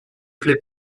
plait